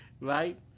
right